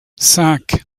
cinq